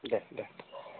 दे दे